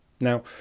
Now